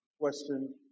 question